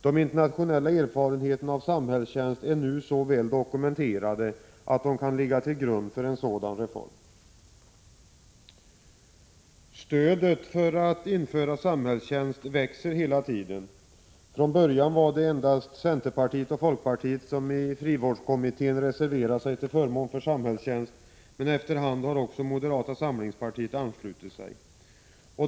De internationella erfarenheterna av samhällstjänst är nu så väl dokumenterade att de kan ligga till grund för en sådan reform. Stödet för att införa samhällstjänst växer hela tiden. Från början var det endast centerpartiet och folkpartiet som i frivårdskommittén reserverade sig till förmån för samhällstjänst, men efter hand har också moderata samlings partiet anslutit sig.